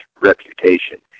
reputation